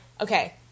Okay